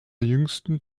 jüngsten